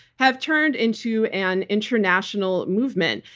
have turned into an international movement.